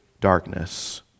darkness